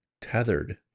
tethered